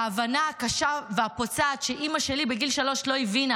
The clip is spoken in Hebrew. וההבנה הקשה והפוצעת שאימא שלי בגיל שלוש לא הבינה,